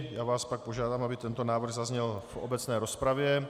Pak vás požádám, aby tento návrh zazněl v obecné rozpravě.